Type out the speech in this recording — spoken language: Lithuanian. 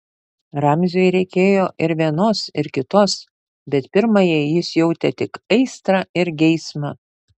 ramziui reikėjo ir vienos ir kitos bet pirmajai jis jautė tik aistrą ir geismą